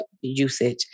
usage